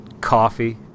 coffee